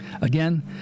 again